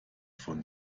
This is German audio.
von